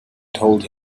told